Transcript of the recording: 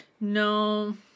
No